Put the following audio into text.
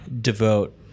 devote